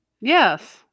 Yes